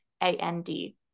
a-n-d